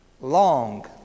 Long